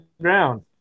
ground